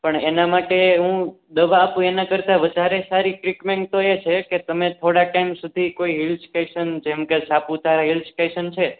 પણ એના માટે હું દવા આપું એના કરતાં વધારે સારી ટ્રીટમેન્ટ તો એ છે કે તમે થોડા ટાઈમ સુધી કોઈ હિલ સ્ટેસન જેમકે સાપુતારા હિલ સ્ટેસન છે